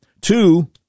Two